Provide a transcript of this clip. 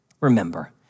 Remember